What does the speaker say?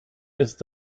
ist